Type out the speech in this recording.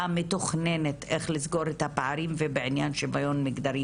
המתוכננת איך לסגור את הפערים ובעניין שוויון מגדרי